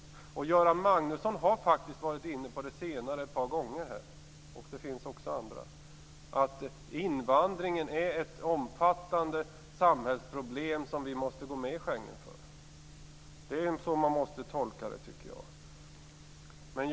Göran Magnusson, och också andra talare, har faktiskt varit inne på att invandringen är ett omfattande samhällsproblem, som vi måste gå med i Schengen för att kunna åtgärda. Det är så man måste tolka det han säger.